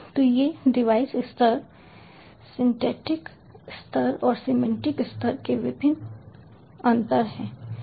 तो ये डिवाइस स्तर सिंटैक्टिक स्तर और सिमेंटिक स्तर के विभिन्न अंतर हैं जिन्हें उपयोगकर्ता द्वारा नियंत्रित किया जाना है